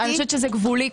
אני חושבת שזה קצת גבולי,